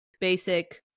basic